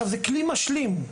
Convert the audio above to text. זה כלי משלים.